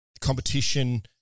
competition